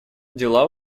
дела